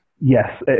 Yes